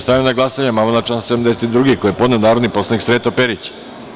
Stavljam na glasanje amandman na član 72. koji je podneo narodni poslanik Sreto Perić.